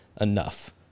enough